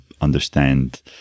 understand